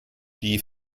die